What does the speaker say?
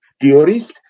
theorist